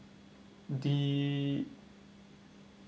the